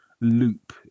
loop